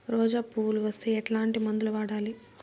రోజా పువ్వులు వస్తే ఎట్లాంటి మందులు వాడాలి?